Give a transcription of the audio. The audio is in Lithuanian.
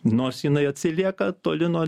nors jinai atsilieka toli nuo